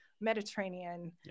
Mediterranean